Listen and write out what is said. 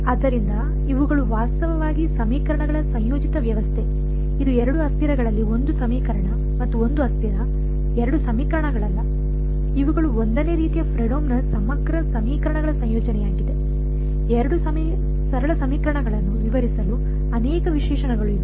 ಆದ್ದರಿಂದ ಇವುಗಳು ವಾಸ್ತವವಾಗಿ ಸಮೀಕರಣಗಳ ಸಂಯೋಜಿತ ವ್ಯವಸ್ಥೆ ಇದು 2 ಅಸ್ಥಿರಗಳಲ್ಲಿ 1 ಸಮೀಕರಣ ಮತ್ತು 1 ಅಸ್ಥಿರ 2 ಸಮೀಕರಣಗಳಲ್ಲ ಇವುಗಳು 1 ನೇ ರೀತಿಯ ಫ್ರೆಡ್ಹೋಮ್ನ ಸಮಗ್ರ ಸಮೀಕರಣಗಳ ಸಂಯೋಜನೆಯಾಗಿದೆ ಎರಡು ಸರಳ ಸಮೀಕರಣಗಳನ್ನು ವಿವರಿಸಲು ಅನೇಕ ವಿಶೇಷಣಗಳು ಇವೆ